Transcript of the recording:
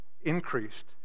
increased